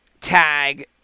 tag